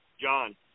John